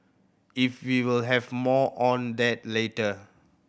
if we will have more on that later